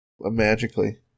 magically